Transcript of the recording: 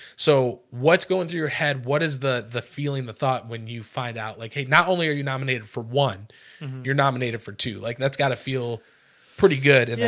so what's going through your head? what is the the feeling the thought when you find out like hey not only are you nominated for one you're nominated for two like that's got to feel pretty good.